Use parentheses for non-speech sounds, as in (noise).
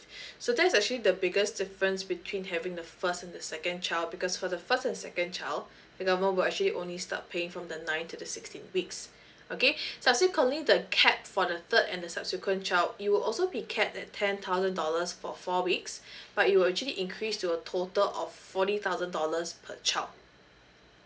(breath) so that's actually the biggest difference between having the first and the second child because for the first and second child the government will actually only start paying from the ninth to the sixteenth weeks okay subsequently the cap for the third and the subsequent child it will also be capped at ten thousand dollars for four weeks but it will actually increased to a total of forty thousand dollars per child